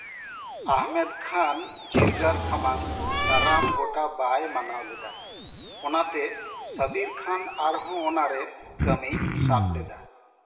ᱟᱦᱚᱢᱮᱫᱽ ᱠᱷᱟᱱ ᱡᱤᱨᱜᱟᱨ ᱥᱟᱢᱟᱝ ᱫᱟᱨᱟᱢ ᱜᱚᱴᱟ ᱵᱟᱭ ᱢᱟᱱᱟᱣ ᱞᱮᱫᱟ ᱚᱱᱟᱛᱮ ᱥᱟᱹᱵᱤᱨ ᱠᱷᱟᱱ ᱟᱨᱦᱚᱸ ᱚᱱᱟᱨᱮ ᱠᱟᱹᱢᱤᱭ ᱥᱟᱵ ᱞᱮᱫᱟ